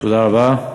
תודה רבה.